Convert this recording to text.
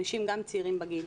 אנשים גם צעירים בגיל,